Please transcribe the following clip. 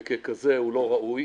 וככזה הוא לא ראוי.